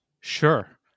Sure